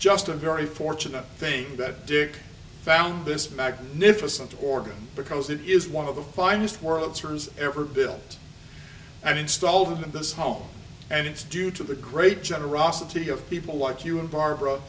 just a very fortunate thing that dick found this magnificent organ because it is one of the finest work of terms ever built and installed in this home and it's due to the great generosity of people like you and barbara